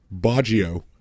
Baggio